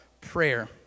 prayer